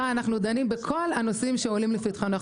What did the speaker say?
סליחה, אנחנו דנים בכל הנושאים שעולים לפתחנו.